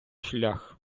шлях